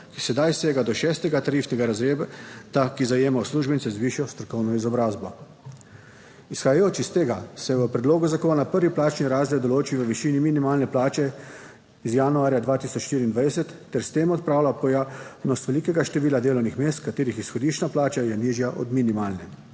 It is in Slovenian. ki sedaj sega do 6., 30. razreda, ki zajema uslužbence z višjo strokovno izobrazbo. Izhajajoč iz tega, se v predlogu zakona prvi plačni razred določi v višini minimalne plače iz januarja 2024, ter s tem odpravlja pojavnost velikega števila delovnih mest, katerih izhodiščna plača je nižja od minimalne.